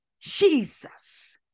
Jesus